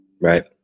Right